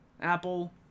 apple